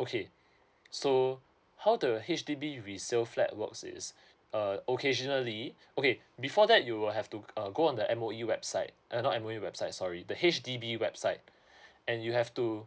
okay so how the H_D_B resale flat works is uh occasionally okay before that you will have to uh go on the M_O_E website uh not M_O_E website sorry the H_D_B website and you have to